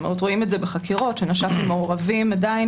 רואים את זה בחקירות שנש"פים מעורבים עדיין